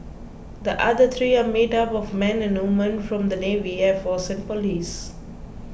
the other three are made up of men and women from the navy air force and police